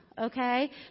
okay